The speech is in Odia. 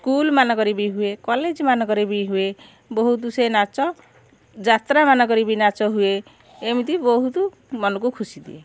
ସ୍କୁଲ୍ ମାନଙ୍କରେ ହୁଏ କଲେଜ ମାନଙ୍କରେ ବି ହୁଏ ବହୁତ ସେ ନାଚ ଯାତ୍ରା ମାନଙ୍କରେ ବି ନାଚ ହୁଏ ଏମିତି ବହୁତ ମନକୁ ଖୁସି ଦିଏ